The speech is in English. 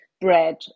bread